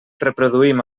reproduïm